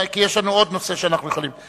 כי יש לנו עוד נושא שאנחנו יכולים?